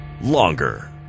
Longer